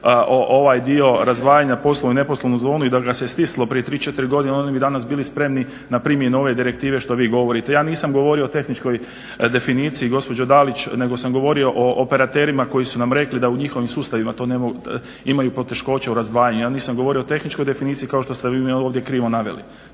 onaj dio razdvajanja poslovnu i neposlovnu zonu i da se stislo prije tri, četiri godine oni bi danas bili spremni primjenu ove direktive što vi govorite. Ja nisam govorio o tehničkoj definiciji gospođo Dalić, nego sam govorio o operaterima koji su nam rekli da u njihovim sustavima imaju poteškoća u razdvajanju. Ja nisam govorio o tehničkoj definiciji kao što ste vi ovdje krivo naveli.